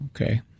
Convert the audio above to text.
okay